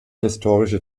historische